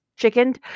chickened